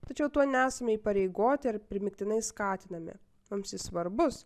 tačiau tuo nesame įpareigoti ar primygtinai skatinami mums jis svarbus